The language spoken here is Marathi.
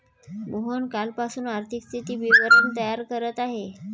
मोहन कालपासून आर्थिक स्थिती विवरण तयार करत आहे